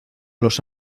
los